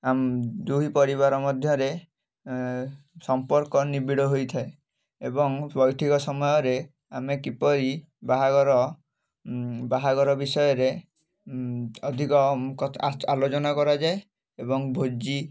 ଆମ୍ ଦୁଇ ପରିବାର ମଧ୍ୟରେ ସମ୍ପର୍କ ନିବିଡ଼ ହୋଇଥାଏ ଏବଂ ବୈଠକ ସମୟରେ ଆମେ କିପରି ବାହାଘର ବାହାଘର ବିଷୟରେ ଅଧିକ କଥା ଆଲୋଚନା କରାଯାଏ ଏବଂ ଭୋଜି